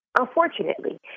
Unfortunately